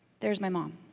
there's my mom.